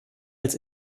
als